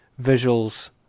visuals